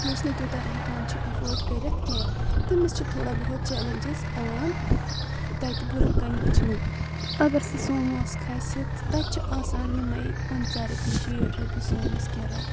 یُس نہِ تیوتاہ ہیٚکان چھُ ایٚفٲڈ کرتھ کیٚنٛہہ تٔمس چھ تھوڑا بہت چیٚلینجِس یِوان تتہِ برونٛہہ کٔنۍ وچھنہٕ اگر سُہ سومس کھسہِ تتہِ چھِ آسان یمے پنژہ رۄپیہِ شیٹھ رۄپیہِ سوموس کِراے